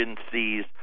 agencies